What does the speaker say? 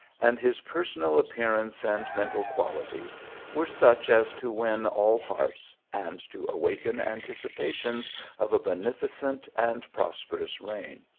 and his personal appearance and mental quali ties were such as to win all hearts, and to awaken anticipations of a beneficent and prosperous reign.